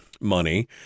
money